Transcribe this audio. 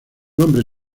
nombre